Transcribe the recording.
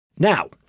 Now